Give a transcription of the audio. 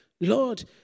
Lord